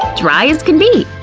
dry as can be.